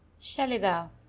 Shalida